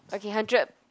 okay hundred